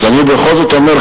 אז אני בכל זאת אומר,